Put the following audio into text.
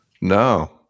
No